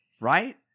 right